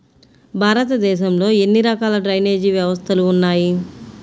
భారతదేశంలో ఎన్ని రకాల డ్రైనేజ్ వ్యవస్థలు ఉన్నాయి?